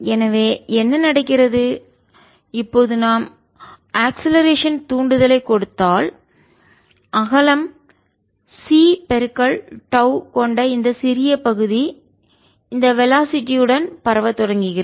எனவே என்ன நடக்கிறது இப்போது நாம் அக்ஸ்லரேஷன் முடுக்கம் தூண்டுதலைக் கொடுத்ததால் அகலம் c டோவ் கொண்ட இந்த சிறிய பகுதி இந்த வெலாசிட்டி உடன் வேகத்துடன் பரவத் தொடங்குகிறது